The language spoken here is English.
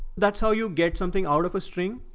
that's how you get something out of a string.